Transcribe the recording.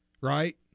right